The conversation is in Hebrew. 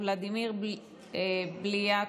ולדימיר בליאק,